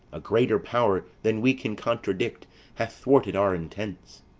a greater power than we can contradict hath thwarted our intents.